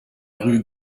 rue